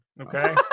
Okay